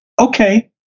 okay